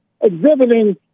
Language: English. exhibiting